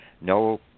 No